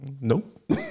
Nope